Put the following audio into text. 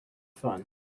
fun